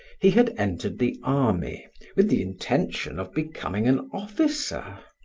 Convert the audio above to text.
he had entered the army with the intention of becoming an officer,